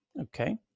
Okay